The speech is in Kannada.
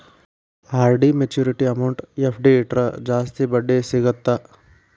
ಆರ್.ಡಿ ಮ್ಯಾಚುರಿಟಿ ಅಮೌಂಟ್ ಎಫ್.ಡಿ ಇಟ್ರ ಜಾಸ್ತಿ ಬಡ್ಡಿ ಸಿಗತ್ತಾ